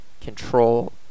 control